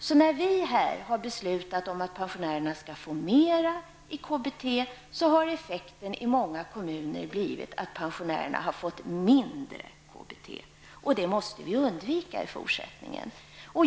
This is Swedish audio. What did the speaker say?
Så när riksdagen har beslutat att pensionärerna skall få högre KBT, har effekten blivit att pensionärer i många kommuner har fått lägre KBT. Detta måste undvikas i fortsättningen.